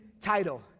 title